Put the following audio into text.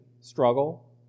struggle